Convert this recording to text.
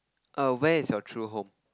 err where is your true home